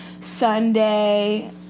sunday